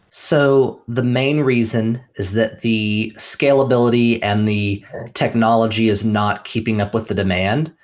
so the main reason is that the scalability and the technology is not keeping up with the demand.